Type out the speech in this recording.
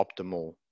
optimal